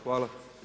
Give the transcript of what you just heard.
Hvala.